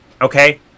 okay